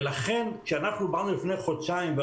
לכן, כשאנחנו אמרנו לפני חודשיים: